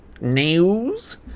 News